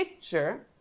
picture